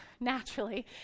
naturally